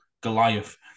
Goliath